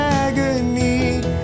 agony